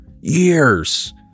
years